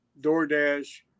DoorDash